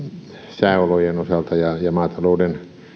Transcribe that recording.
sääolojen osalta ja ja maatalouden